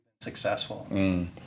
successful